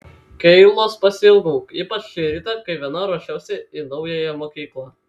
keilos pasiilgau ypač šį rytą kai viena ruošiausi į naująją mokyklą